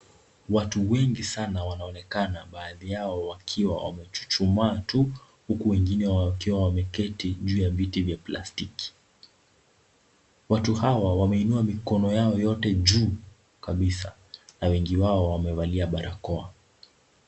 Watu wengi sana wanaonekana baadhi yao wakiwa wamechuchumaa tu huku wengine wakiwa wameketi juu ya viti vya plastiki. Watu hawa wameinua mikono yao yote juu kabisa na wengi wao wamevalia barakoa.